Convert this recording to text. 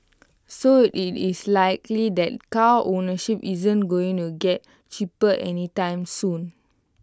so IT is likely that car ownership isn't going to get cheaper anytime soon